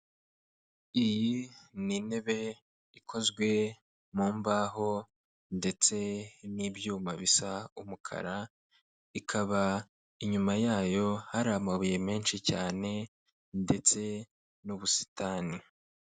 Iyi ni intebe ikoze mu imbaho ndetse n'ibyuma bisa umukare, ikaba inyuma yayo hari amabuye menshi cyane ndetse n'ubusitani.